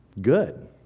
good